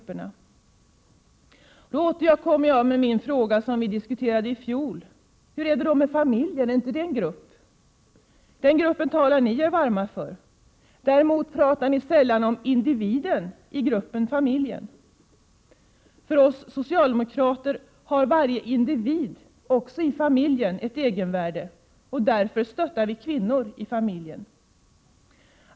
Jag vill då återkomma till en fråga som jag tidigare har ställt och som vi diskuterade i fjol: Hur är det med familjen? Är inte familjen en grupp? Den gruppen talar ni er ju varma för. Däremot talar ni sällan om individen i gruppen familjen. För oss socialdemokrater har varje individ, också i familjen, ett egenvärde. Därför stöttar vi kvinnor i familjen.